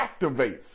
activates